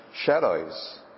shadows